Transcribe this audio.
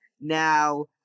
now